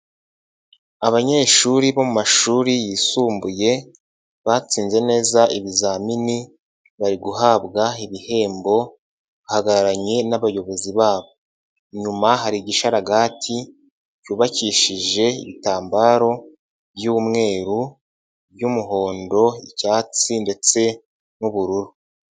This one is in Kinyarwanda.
Abanyeshuri bo mu mashuri yisumbuye, batsinze neza ibizamini, bari guhabwa ibihembo, bahagararanye n'abayobozi babo, inyuma hari igishararaga cyubakishije ibitambaro by'umweru, by'umuhondo, icyatsi ndetse n'ubururu.